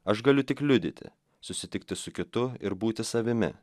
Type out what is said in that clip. aš galiu tik liudyti susitikti su kitu ir būti savimi